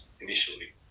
initially